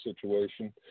situation